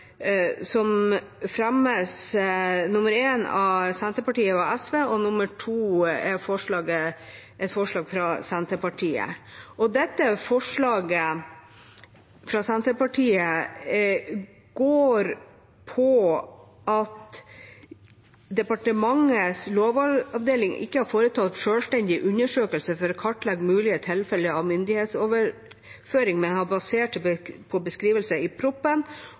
av Senterpartiet og Sosialistisk Venstreparti, og forslag nr. 2, som er et forslag fra Senterpartiet. Forslaget fra Senterpartiet går på at departementets lovavdeling ikke har foretatt en selvstendig undersøkelse for å kartlegge mulige tilfeller av myndighetsoverføring, men har basert det på en beskrivelse i